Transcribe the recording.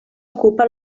ocupa